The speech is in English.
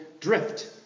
drift